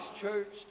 church